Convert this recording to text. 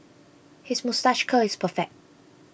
his moustache curl is perfect